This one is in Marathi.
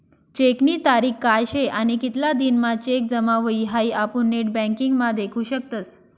चेकनी तारीख काय शे आणि कितला दिन म्हां चेक जमा हुई हाई आपुन नेटबँकिंग म्हा देखु शकतस